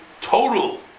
total